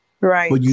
Right